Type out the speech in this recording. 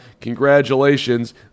congratulations